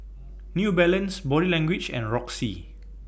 New Balance Body Language and Roxy